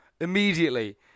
immediately